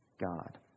God